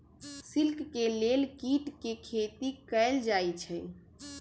silk के लेल कीट के खेती कएल जाई छई